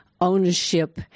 ownership